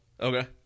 Okay